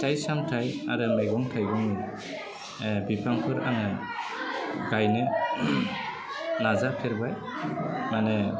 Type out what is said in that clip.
फिथाइ सामथाय आरो मैगं थाइगं बिफांफोर आङो गायनो नाजा फेरबाय माने